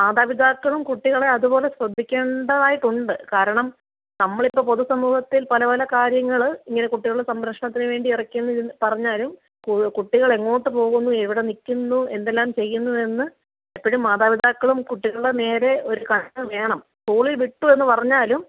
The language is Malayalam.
മാതാപിതാക്കളും കുട്ടികളെ അതുപോലെ ശ്രദ്ധിക്കേണ്ടതായിട്ടുണ്ട് കാരണം നമ്മളിപ്പം പൊതു സമൂഹത്തിൽ പല പല കാര്യങ്ങൾ ഇങ്ങനെ കുട്ടികൾ സംരക്ഷണത്തിന് വേണ്ടി ഇറക്കിയെന്ന് പറഞ്ഞാലും കൂ കുട്ടികളെങ്ങോട്ട് പോകുന്നു എവിടെ നിൽക്കുന്നു എന്തെല്ലാം ചെയ്യുന്നു എന്ന് എപ്പോഴും മാതാപിതാക്കളും കുട്ടികളുടെ നേരെ ഒരു കണ്ണ് വേണം സ്കൂളിൽ വിട്ടു എന്ന് പറഞ്ഞാലും